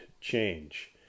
change